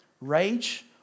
Rage